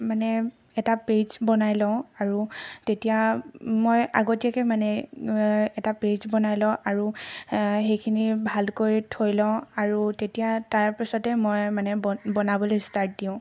মানে এটা পেইজ বনাই লওঁ আৰু তেতিয়া মই আগতীয়াকৈ মানে এটা পেইজ বনাই লওঁ আৰু সেইখিনি ভালকৈ থৈ লওঁ আৰু তেতিয়া তাৰপিছতে মই মানে ব বনাবলৈ ষ্টাৰ্ট দিওঁ